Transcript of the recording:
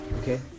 okay